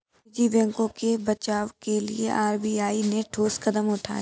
निजी बैंकों के बचाव के लिए आर.बी.आई ने ठोस कदम उठाए